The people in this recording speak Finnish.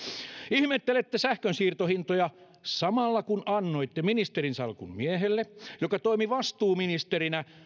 ihmettelette sähkön siirtohintoja samalla kun annatte ministerinsalkun miehelle joka toimi vastuuministerinä